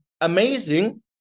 amazing